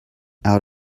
out